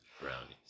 Brownies